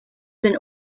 been